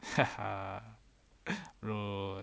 ha ha no